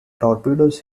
torpedoes